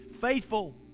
faithful